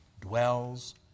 dwells